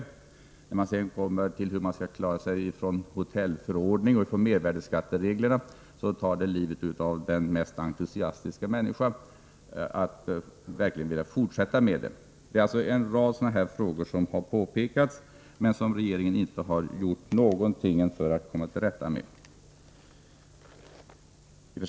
Men det trassel som uppstår för den som bedriver verksamheten när han drabbas bestämmelserna i hotellförordningen eller mervärdeskattebestämmelserna kan verkligen ta död på entusiasmen hos de här människorna. Vi har pekat på en rad sådana här frågor, som regeringen inte gjort någonting för att komma till rätta med.